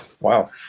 Wow